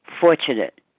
fortunate